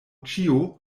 ĉio